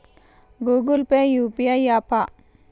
Google Pay UPI య్యాపా?